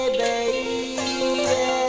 baby